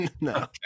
no